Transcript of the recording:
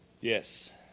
yes